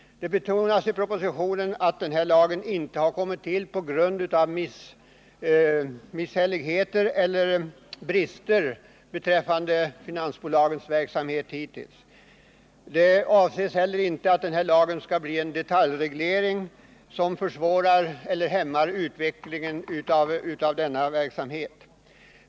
Det betonas i propositionen att lagen inte har kommit till på grund av misshälligheter eller brister beträffande finansbolagens verksamhet hittills. Det avses heller inte att lagen skall bli en detaljreglering som försvårar eller hämmar utvecklingen av verksamheten.